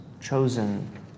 Chosen